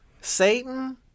Satan